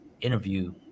interview